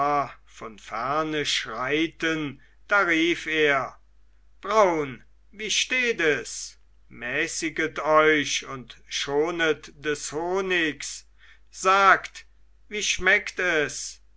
von ferne schreiten da rief er braun wie steht es mäßiget euch und schonet des honigs sagt wie schmeckt es